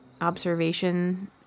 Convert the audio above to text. observation